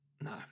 No